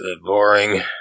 boring